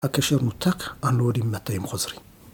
‫הקשר נותק על הורים מתי הם חוזרים.